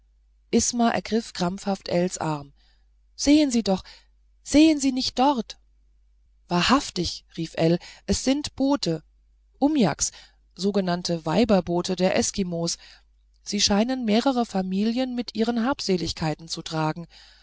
isma ergriff krampfhaft ells arm sehen sie doch sehen sie nicht dort wahrhaftig rief ell es sind boote umiaks sogenannte weiberboote der eskimos sie scheinen mehrere familien mit ihren habseligkeiten zu tragen